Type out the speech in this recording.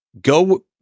go